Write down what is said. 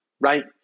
right